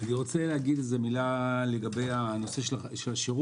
אני רוצה להגיד דבר מה לגבי נושא השירות.